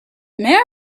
may